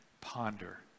ponder